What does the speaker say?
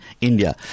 India